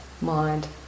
mind